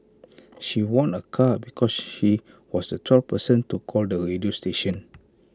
she won A car because she was the twelfth person to call the radio station